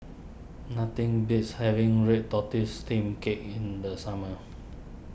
nothing beats having Red Tortoise Steamed Cake in the summer